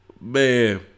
Man